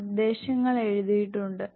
നിർദ്ദേശങ്ങൾ എഴുതിയിട്ടുണ്ട്